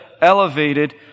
elevated